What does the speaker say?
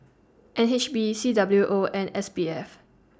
N H B C W O and S B F